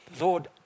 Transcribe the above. Lord